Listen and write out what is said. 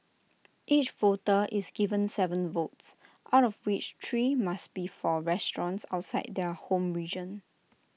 each voter is given Seven votes out of which three must be for restaurants outside their home region